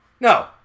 No